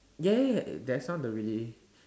ya ya ya that sounded really